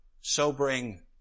sobering